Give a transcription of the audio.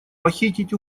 похитить